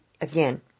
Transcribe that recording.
again